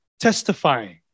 testifying